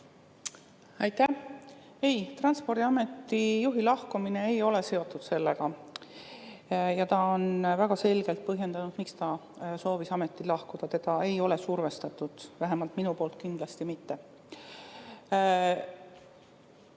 Aitäh! Ei, Transpordiameti juhi lahkumine ei ole sellega seotud. Ta väga selgelt põhjendas, miks ta soovis ametist lahkuda. Teda ei survestatud, vähemalt minu poolt kindlasti mitte.